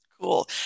Cool